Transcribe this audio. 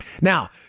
Now